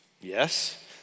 yes